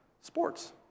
sports